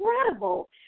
incredible